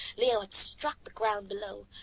leo had struck the ground below.